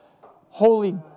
holy